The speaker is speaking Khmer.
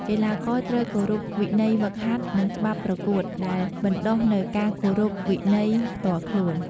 កីឡាករត្រូវគោរពវិន័យហ្វឹកហាត់ និងច្បាប់ប្រកួត ដែលបណ្តុះនូវការគោរពវិន័យផ្ទាល់ខ្លួន។